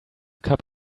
cup